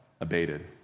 abated